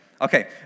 Okay